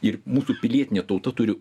ir mūsų pilietinė tauta turi